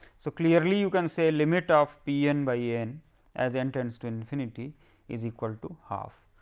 so, clearly you can say limit of p n by n as n tends to infinity is equal to half.